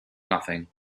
nothing